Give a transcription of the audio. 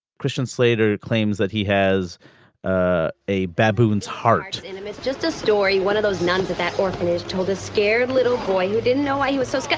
christian slater claims that he has ah a baboon heart and it's just a story one of those nuns at that orphanage told a scared little boy who didn't know why he was so scared.